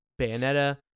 bayonetta